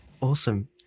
Awesome